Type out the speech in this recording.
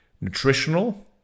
nutritional